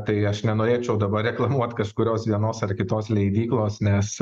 tai aš nenorėčiau dabar reklamuot kažkurios vienos ar kitos leidyklos nes